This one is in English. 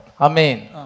Amen